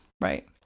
Right